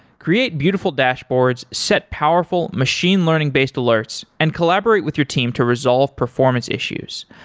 create beautiful dashboards, set powerful machine learning based alerts and collaborate with your team to resolve performance issues.